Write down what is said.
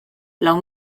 lau